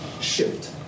shift